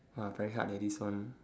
ah very hard leh this one